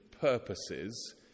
purposes